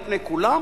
על פני כולם,